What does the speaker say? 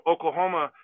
Oklahoma